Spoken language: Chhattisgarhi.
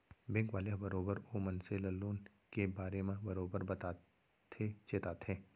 बेंक वाले ह बरोबर ओ मनसे ल लोन के बारे म बरोबर बताथे चेताथे